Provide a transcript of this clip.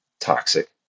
toxic